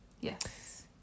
Yes